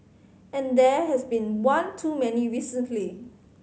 and there has been one too many recently